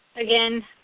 again